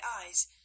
eyes